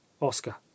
oscar